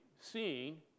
seeing